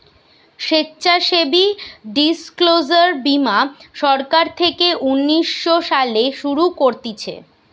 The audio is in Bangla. স্বেচ্ছাসেবী ডিসক্লোজার বীমা সরকার থেকে উনিশ শো সালে শুরু করতিছে